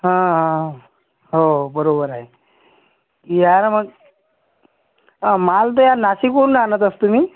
हां हां हो बरोबर आहे यार मग अ माल तर यार नाशिकवरून आणत असतो मी